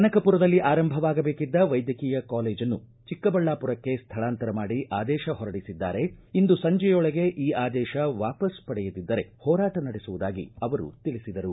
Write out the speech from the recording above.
ಕನಕಪುರದಲ್ಲಿ ಆರಂಭವಾಗಬೇಕಿದ್ದ ವೈದ್ಯಕೀಯ ಕಾಲೇಜನ್ನು ಚಿಕ್ಕಬಳ್ಳಾಪುರಕ್ಕೆ ಸ್ವಳಾಂತರ ಮಾಡಿ ಆದೇಶ ಹೊರಡಿಸಿದ್ದಾರೆ ಇಂದು ಸಂಜೆ ಒಳಗೆ ಈ ಆದೇಶ ವಾಪಸ್ ಪಡೆಯದಿದ್ದರೆ ಹೋರಾಟ ನಡೆಸುವುದಾಗಿ ಅವರು ತಿಳಿಸಿದರು